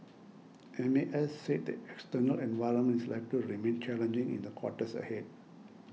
M A S said the external environment is likely to remain challenging in the quarters ahead